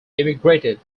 emigrated